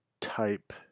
type